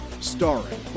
starring